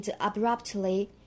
abruptly